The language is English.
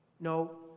No